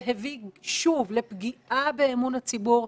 והביא שוב לפגיעה באימון הציבור,